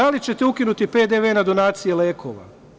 Da li ćete ukinuti PDV na donaciji lekova?